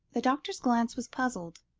the doctor's glance was puzzled.